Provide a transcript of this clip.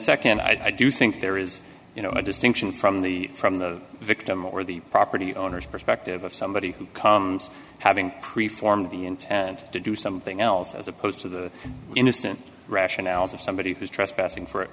second i do think there is you know a distinction from the from the victim or the property owners perspective of somebody who comes having pre formed the intent to do something else as opposed to the innocent rationales of somebody who's trespassing for